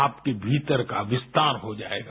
आपके भीतर का विस्तार हो जाएगा